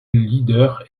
leader